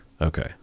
Okay